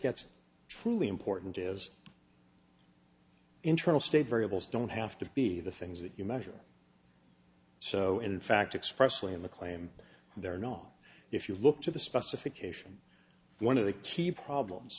gets truly important is internal state variables don't have to be the things that you measure so in fact expressly in the claim they're not if you look to the specification one of the key problems